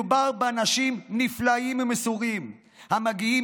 מדובר באנשים נפלאים ומסורים שמגיעים